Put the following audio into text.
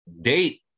date